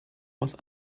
was